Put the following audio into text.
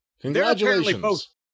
Congratulations